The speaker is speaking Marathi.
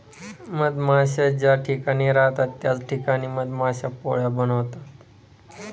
मधमाश्या ज्या ठिकाणी राहतात त्याच ठिकाणी मधमाश्या पोळ्या बनवतात